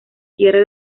cierra